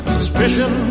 Suspicion